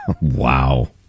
Wow